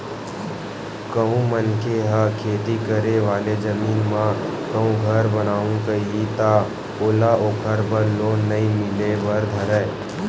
कहूँ मनखे ह खेती करे वाले जमीन म कहूँ घर बनाहूँ कइही ता ओला ओखर बर लोन नइ मिले बर धरय